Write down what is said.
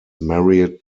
married